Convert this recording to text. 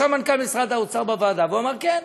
ישב מנכ"ל משרד האוצר בוועדה, ואמר שכן,